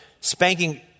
spanking